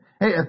Hey